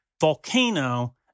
volcano